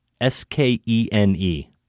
S-K-E-N-E